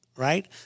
right